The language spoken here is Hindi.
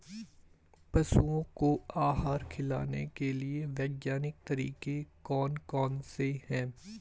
पशुओं को आहार खिलाने के लिए वैज्ञानिक तरीके कौन कौन से हैं?